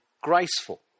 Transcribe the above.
graceful